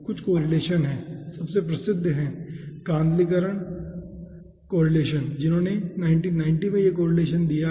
कुछ कोरिलेसन हैं सबसे प्रसिद्ध है कांदलीकर कोरिलेसन जिन्होंने 1990 में यह कोरिलेसन दिया है